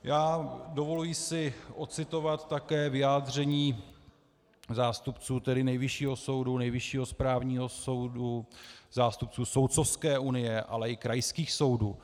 Já si dovoluji ocitovat také vyjádření zástupců Nejvyššího soudu, Nejvyššího správního soudu, zástupců Soudcovské unie, ale i krajských soudů.